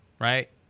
Right